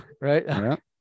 Right